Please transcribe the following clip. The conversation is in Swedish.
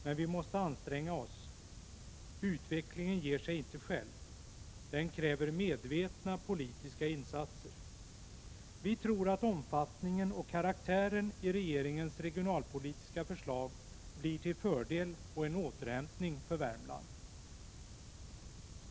Men vi måste anstränga oss. Utvecklingen ger sig inte själv. Den kräver medvetna politiska insatser. Vi tror att omfattningen och karaktären i regeringens regionalpolitiska förslag blir till fördel och en återhämtning för Värmland.